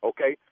Okay